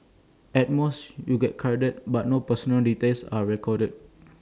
at most you get carded but no personal details are recorded